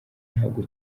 ntabwo